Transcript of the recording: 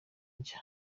nshya